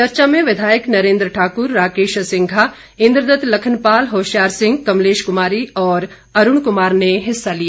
चर्चा में विधायक नरेंद्र ठाकुर राकेश सिंघा इंद्रदत्त लखनपाल होशियार सिंह कमलेश कुमारी और अरूण कुमार ने हिस्सा लिया